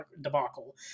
debacle